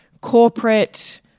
corporate